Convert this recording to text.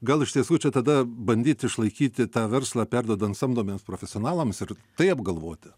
gal iš tiesų čia tada bandyt išlaikyti tą verslą perduodant samdomiems profesionalams ir tai apgalvoti